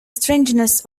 strangeness